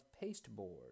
pasteboard